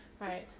right